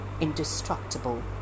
indestructible